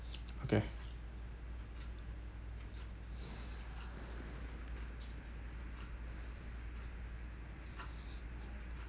okay